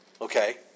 Okay